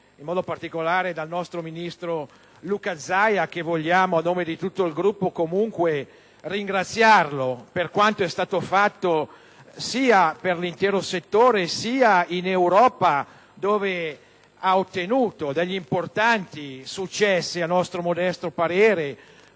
in modo particolare dal nostro Ministro, Luca Zaia, che, a nome di tutto il Gruppo, vogliamo comunque ringraziare per quanto ha fatto per l'intero settore in Europa, dove ha ottenuto importanti successi, a nostro modesto parere,